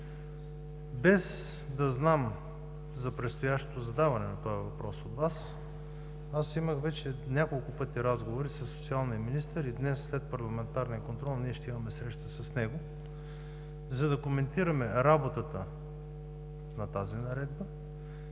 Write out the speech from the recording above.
Без да знам за предстоящото задаване на този въпрос от Вас, аз имах вече няколко пъти разговори със социалния министър и днес след парламентарния контрол имаме среща с него, за да коментираме работата на тази Наредба,